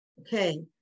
Okay